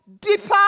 Deeper